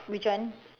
which one